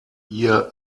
ihr